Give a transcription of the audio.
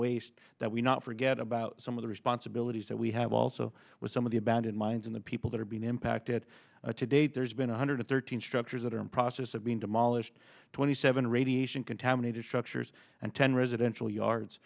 waste that we not forget about some of the responsibilities that we have also with some of the abandoned mines and the people that are being impacted today there's been a hundred thirteen structures that are in process of being demolished twenty seven radiation contaminated structures and ten residential yards